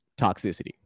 toxicity